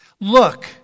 Look